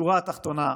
בשורה התחתונה,